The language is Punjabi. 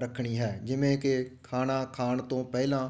ਰੱਖਣੀ ਹੈ ਜਿਵੇਂ ਕਿ ਖਾਣਾ ਖਾਣ ਤੋਂ ਪਹਿਲਾਂ